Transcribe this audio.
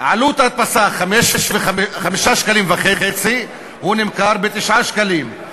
עלות הדפסה היא 5.5 שקלים, והוא נמכר ב-9 שקלים.